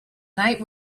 night